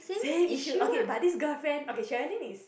staying Yishun okay but this girlfriend okay Sherilyn is